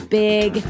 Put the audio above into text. big